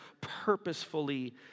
purposefully